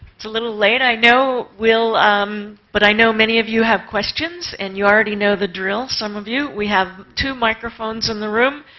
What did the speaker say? it's a little late, i know. we'll um but i know many of you have questions, and you already know the drill, some of you. we have two microphones in the room.